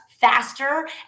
faster